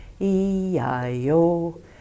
E-I-O